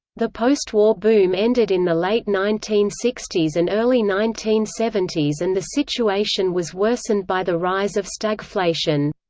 the postwar boom ended in the late nineteen sixty s and early nineteen seventy s and the situation was worsened by the rise of stagflation.